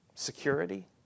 Security